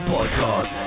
Podcast